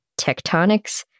tectonics